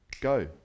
go